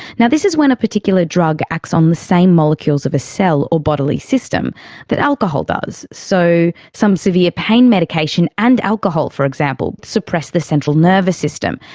yeah this is when a particular drug acts on the same molecules of a cell or bodily system that alcohol does. so some severe pain medication and alcohol, for example, suppress the central nervous system,